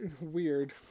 weird